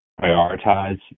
prioritize